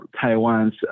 taiwan's